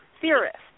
theorists